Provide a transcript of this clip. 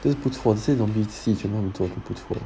就是不错现在 zombie 的戏全部都做得不错